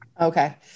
Okay